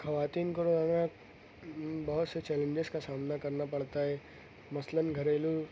خواتین کو روزانہ بہت سے چیلنجز کا سامنا کرنا پڑتا ہے مثلاً گھریلو